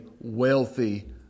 wealthy